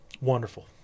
Wonderful